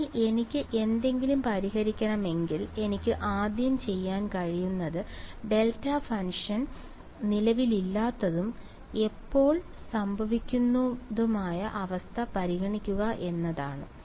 അതിനാൽ എനിക്ക് എന്തെങ്കിലും പരിഹരിക്കണമെങ്കിൽ എനിക്ക് ആദ്യം ചെയ്യാൻ കഴിയുന്നത് ഡെൽറ്റ ഫംഗ്ഷൻ നിലവിലില്ലാത്തതും എപ്പോൾ സംഭവിക്കുന്നതുമായ അവസ്ഥ പരിഗണിക്കുക എന്നതാണ്